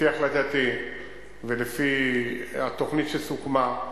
לפי החלטתי ולפי התוכנית שסוכמה,